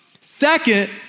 Second